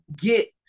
get